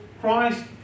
christ